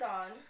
on